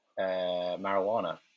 marijuana